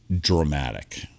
dramatic